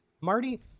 Marty